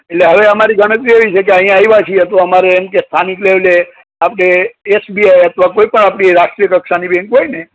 એટલે હવે અમારી ગણતરી એવી છે કે અહીંયા આવ્યા છીએ તો અમારે એમ કે સ્થાનિક લેવલે આપણે એસબીઆઇ કોઈ પણ આપણી રાષ્ટ્રીય કક્ષાની બેંક હોય ને